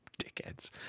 Dickheads